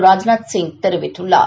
ராஜ்நாத் சிங் தெரிவித்துள்ளார்